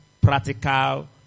practical